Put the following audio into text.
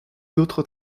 d’autres